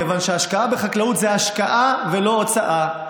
כיוון שהשקעה בחקלאות זו השקעה ולא הוצאה,